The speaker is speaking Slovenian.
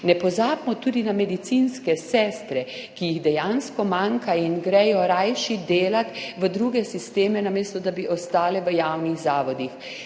Ne pozabimo tudi na medicinske sestre, ki jih dejansko manjka in gredo rajši delat v druge sisteme, namesto da bi ostale v javnih zavodih.